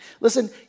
Listen